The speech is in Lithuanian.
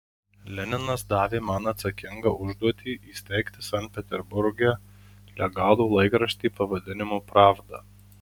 leninas davė man atsakingą užduotį įsteigti sankt peterburge legalų laikraštį pavadinimu pravda